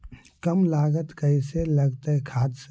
कम लागत कैसे लगतय खाद से?